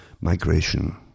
migration